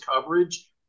coverage